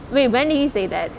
wait when did he say that